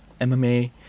MMA